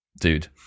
dude